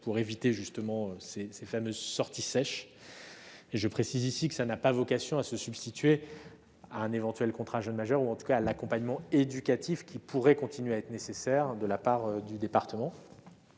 d'éviter justement ces fameuses sorties sèches. Je précise ici que cette mesure n'a pas vocation à se substituer à un éventuel contrat jeune majeur, ou en tout cas à l'accompagnement éducatif qui pourrait continuer à être nécessaire de la part du département.